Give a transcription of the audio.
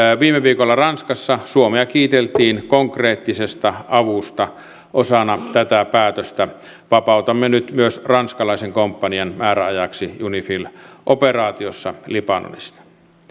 viime viikolla ranskassa suomea kiiteltiin konkreettisesta avusta osana tätä päätöstä vapautamme nyt myös ranskalaisen komppanian määräajaksi unifil operaatiossa libanonissa